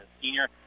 senior